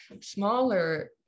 smaller